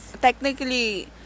technically